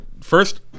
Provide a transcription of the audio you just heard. first